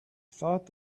thought